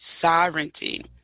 sovereignty